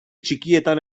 txikietan